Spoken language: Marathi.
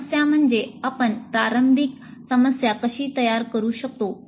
समस्या म्हणजे आपण प्रारंभिक समस्या कशी तयार करू शकतो